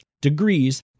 degrees